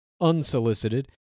unsolicited